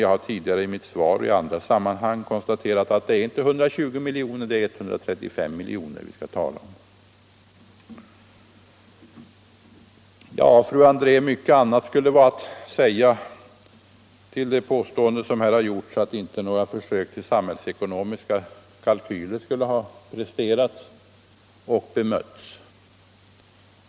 Jag har tidigare i mitt svar och i andra sammanhang konstaterat att det är inte 120 miljoner, det är 135 milj.kr. vi skall tala om. Ja, fru André, mycket annat skulle vara att säga till det påstående som här har gjorts, att inte några försök till samhällsekonomiska kalkyler skulle ha presterats eller bemötts.